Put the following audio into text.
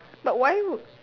but why would